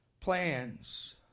plans